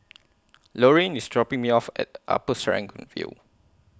Lorraine IS dropping Me off At Upper Serangoon View